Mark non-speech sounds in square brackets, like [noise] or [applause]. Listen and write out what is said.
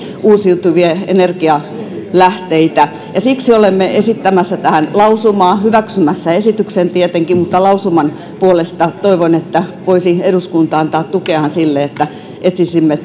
uusiutuvia energialähteitä ja siksi olemme esittämässä tähän lausumaa hyväksymässä esityksen tietenkin mutta lausuman puolesta toivomme että eduskunta voisi antaa tukeaan sille että etsisimme [unintelligible]